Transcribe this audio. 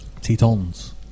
Tetons